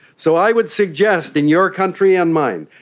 so i would suggest in your country and mine,